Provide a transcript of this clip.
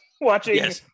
Watching –